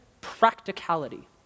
practicality